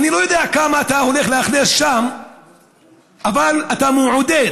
אני לא יודע כמה אתה הולך לאכלס שם אבל אתה מעודד